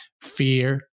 fear